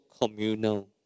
communal